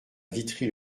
vitry